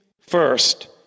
first